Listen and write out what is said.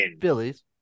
Phillies